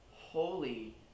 holy